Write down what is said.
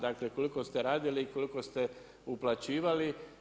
Dakle, koliko ste radili i koliko ste uplaćivali.